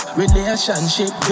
relationship